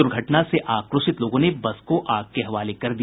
दुर्घटना से आक्रोशित लोगों ने बस को आग के हवाले कर दिया